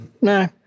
No